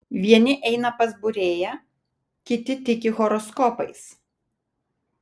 vieni eina pas būrėją kiti tiki horoskopais